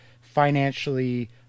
financially